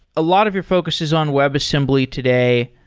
a lot of your focus is on webassembly today.